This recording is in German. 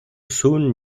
sun